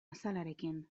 azalarekin